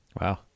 wow